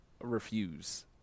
refuse